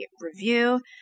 review